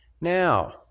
Now